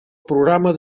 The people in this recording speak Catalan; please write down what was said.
programa